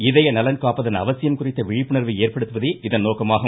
இதய நலன் காப்பதன் அவசியம் குறித்த விழிப்புணர்வை ஏற்படுத்துவதே இதன் நோக்கமாகும்